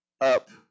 up